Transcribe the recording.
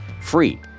free